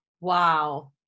Wow